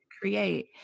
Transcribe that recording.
create